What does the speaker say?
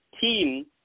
team